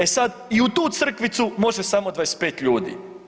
E sad i u tu crkvicu može samo 25 ljudi.